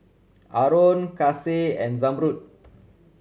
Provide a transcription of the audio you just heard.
Aaron Kasih and Zamrud